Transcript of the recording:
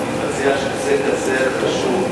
אני מציע שנושא כזה חשוב,